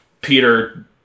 peter